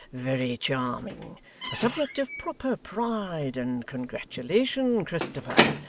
very charming. a subject of proper pride and congratulation, christopher.